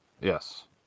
yes